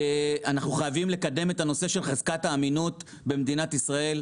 אנחנו חייבים לקדם את נושא חזקת האמינות במדינת ישראל.